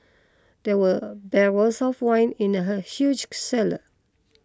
there were barrels of wine in the huge cellar